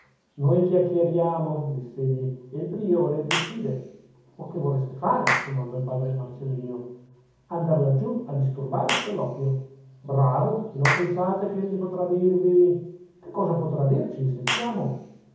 noi chiacchieriamo diss'egli e il priore decide o che vorreste fare domandò il padre marcellino andar laggiù a disturbare il colloquio bravo e non pensate ch'egli potrà dirvi che cosa potrà dirci sentiamo